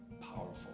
Powerful